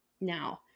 Now